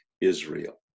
Israel